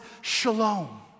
shalom